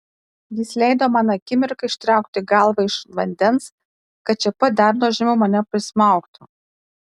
jis leido man akimirką ištraukti galvą iš vandens kad čia pat dar nuožmiau mane prismaugtų